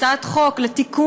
הצעת חוק לתיקון,